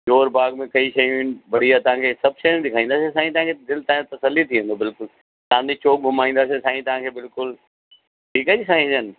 करोल बाग में कई शयूं आहिनि बढ़िया तव्हांखे सभु शयूं ॾेखारींदासीं साईं तव्हांखे दिलि तव्हांजो तसल्ली थी वेंदो बिल्कुलु चांदनी चौक घुमाईंदासीं साईं तव्हांखे बिल्कुलु ठीकु आहे जी साईं जन